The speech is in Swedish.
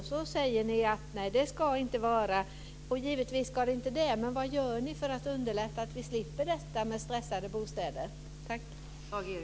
Sedan säger ni att det inte ska få finnas fukt och mögel, och givetvis ska det inte få finnas sådant. Men vad gör ni för att underlätta så att vi slipper detta med stressade bostäder?